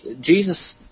Jesus